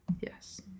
Yes